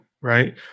right